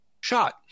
shot